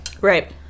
Right